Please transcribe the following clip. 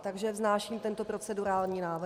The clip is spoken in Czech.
Takže vznáším tento procedurální návrh.